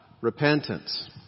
repentance